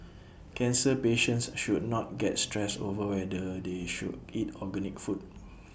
cancer patients should not get stressed over whether they should eat organic food